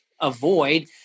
avoid